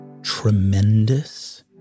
Tremendous